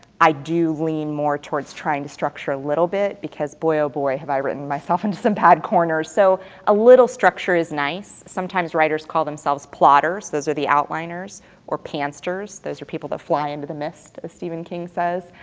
i do lean more towards trying to structure a little bit, because, boy oh boy, have i written myself into some bad corners, so a little structure is nice, sometimes writers call themselves plotters, those are the outliners or pansters, those are the people that fly into the mist as stephen king says.